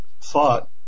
thought